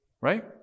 Right